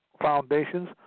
Foundations